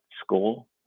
school